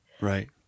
Right